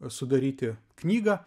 sudaryti knygą